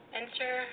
Enter